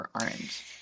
orange